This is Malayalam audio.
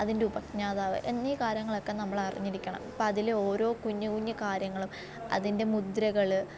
അതിൻ്റെ ഉപജ്ഞാതാവ് എന്നീ കാര്യങ്ങളൊക്കെ നമ്മൾ അറിഞ്ഞിരിക്കണം അപ്പോൾ അതിലെ ഓരോ കുഞ്ഞ് കുഞ്ഞ് കാര്യങ്ങളും അതിൻ്റെ മുദ്രകൾ